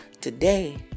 today